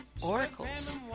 Oracles